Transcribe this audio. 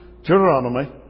Deuteronomy